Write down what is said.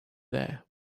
there